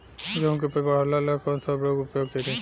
गेहूँ के उपज बढ़ावेला कौन सा उर्वरक उपयोग करीं?